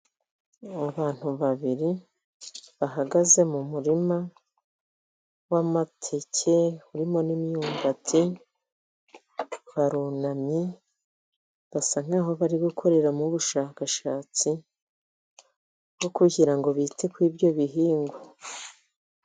Abo bantu babiri bahagaze mu murima wamateke, urimo n'imyumbati. Barunamye basa nk'aho bari gukoreramo ubushakashatsi bwo kugira ngo bite kuri ibyo bihingwa.